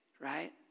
Right